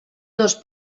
dos